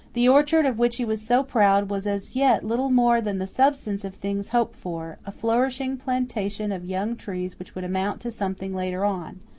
the orchard of which he was so proud was as yet little more than the substance of things hoped for a flourishing plantation of young trees which would amount to something later on.